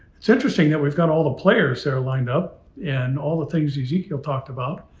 it's interesting that we've got all the players, they're lined up, and all the things ezekiel talked about,